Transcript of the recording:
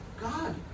God